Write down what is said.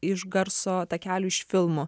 iš garso takelių iš filmo